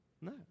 No